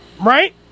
right